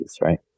right